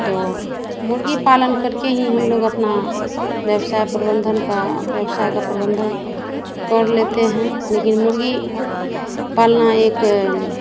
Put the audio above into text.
तो मुर्गीपालन करके ही हम लोग अपना व्यवसाय को प्रबंधन का व्यवसाय का प्रबंधन कर लेते हैं लेकिन मुर्गी पालना एक